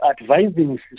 advising